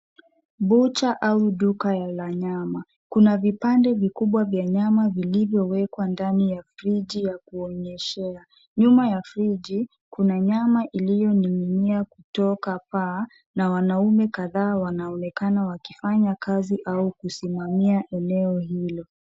Bucha au duka la nyama. Kuna vipande vikubwa vya nyama vilivyowekwa ndani ya friji ya kuonyeshea. Nyuma ya friji kuna nyama iliyoning'inia kutoka paa na wanaume kadhaa wanaonekana wakifanya kazi au kusimamia eneo hilo.